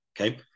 Okay